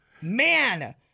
Man